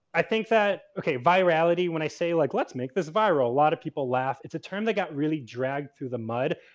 i think that. okay, virality. when i say like let's make this viral a lot of people laugh. it's a term that got really dragged through the mud,